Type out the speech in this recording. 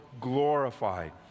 glorified